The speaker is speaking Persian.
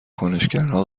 کنشگرها